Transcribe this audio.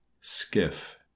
Skiff